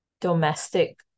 domestic